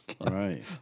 Right